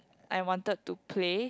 I wanted to play